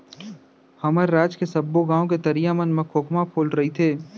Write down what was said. हमर राज के सबो गॉंव के तरिया मन म खोखमा फूले रइथे